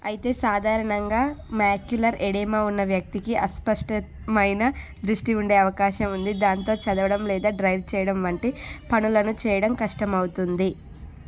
అయితే సాధారణంగా macular oedema ఉన్న వ్యక్తికి అస్పష్టమైన దృష్టి ఉండే అవకాశం ఉంది దాంతో చదవడం లేదా డ్రైవ్ చేయడం వంటి పనులను చేయడం కష్టమవుతుంది